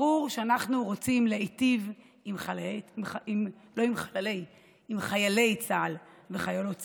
ברור שאנחנו רוצים להיטיב עם חיילי וחיילות צה"ל.